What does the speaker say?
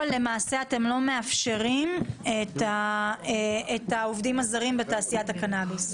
למעשה אתם לא מאפשרים עבודה של עובדים זרים בתעשיית הקנאביס.